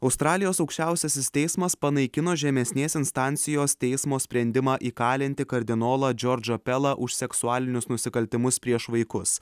australijos aukščiausiasis teismas panaikino žemesnės instancijos teismo sprendimą įkalinti kardinolą džordžą pelą už seksualinius nusikaltimus prieš vaikus